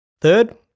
Third